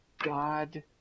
God